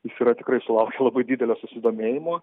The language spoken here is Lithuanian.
jis yra tikrai sulaukė labai didelio susidomėjimo